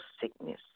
sickness